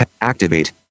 Activate